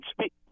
speak